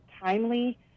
timely